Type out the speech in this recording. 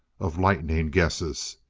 of lightning guesses.